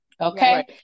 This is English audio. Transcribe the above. okay